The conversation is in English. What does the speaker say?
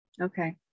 Okay